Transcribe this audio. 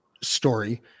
story